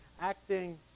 acting